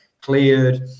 cleared